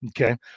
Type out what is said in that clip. Okay